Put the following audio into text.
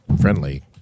friendly